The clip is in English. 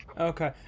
Okay